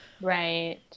Right